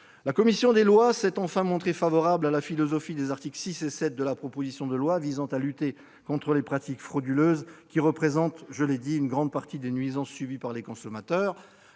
La commission des lois s'est enfin montrée favorable à la philosophie des articles 6 et 7 de la proposition de loi, qui visent à lutter contre les pratiques frauduleuses, celles-ci représentant une grande partie des nuisances subies par les consommateurs.